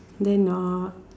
then uh